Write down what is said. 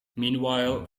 meanwhile